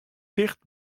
ticht